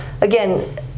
again